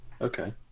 okay